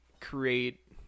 create